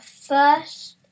first